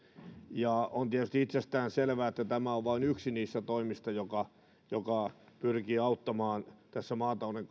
ja on tietysti itsestäänselvää että tämä on vain yksi niistä toimista jotka pyrkivät auttamaan tässä maatalouden